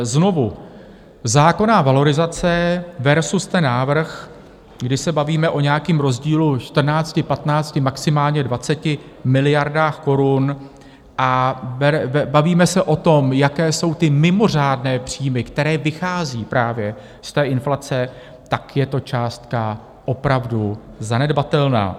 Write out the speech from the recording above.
Znovu zákonná valorizace versus ten návrh, kdy se bavíme o nějakém rozdílu 14, 15, maximálně 20 miliardách korun a bavíme se o tom, jaké jsou ty mimořádné příjmy, které vycházejí právě z té inflace, tak je to částka opravdu zanedbatelná.